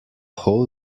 whole